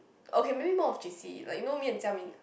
okay maybe more on J_C like you know me and Xiao-min